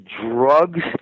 drugs